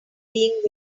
being